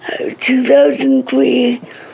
2003